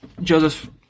Joseph